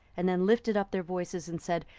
and then lifted up their voices, and said,